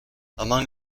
among